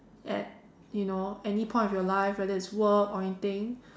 at you know any point of your life whether it's work or anything